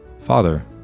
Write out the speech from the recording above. Father